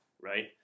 right